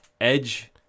Edge